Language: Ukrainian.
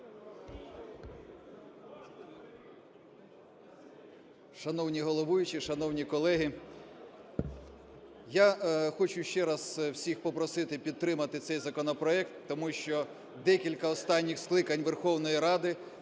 Шановні головуючі, шановні колеги! Я хочу ще раз всіх попросити підтримати цей законопроект, тому що декілька останніх скликань Верховної Ради